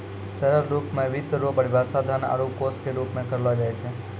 सरल रूप मे वित्त रो परिभाषा धन आरू कोश के रूप मे करलो जाय छै